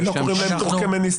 ולא קוראים להם טורקמניסטן,